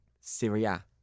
Syria